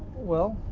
well,